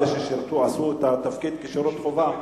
אלה ששירתו עשו את התפקיד כשירות חובה,